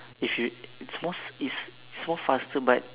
if you it's more is more faster but